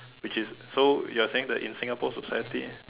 which is so you are saying that in Singapore society